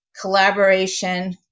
collaboration